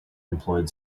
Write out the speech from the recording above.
employed